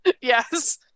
yes